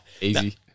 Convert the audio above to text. Easy